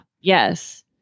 Yes